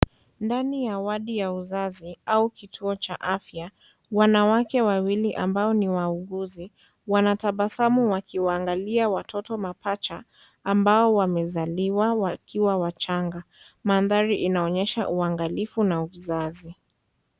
Ndani ya wodi ya uzazi au kituo cha afya, wanawake wawili ambao ni wauguzi wanatabasamu, wakiwaangalia watoto mapaja ambao wamezaliwa wakiwa wachanga. Mandhari inaonyesha uhangalifu na uzazi.